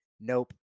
Nope